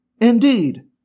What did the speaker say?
Indeed